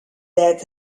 that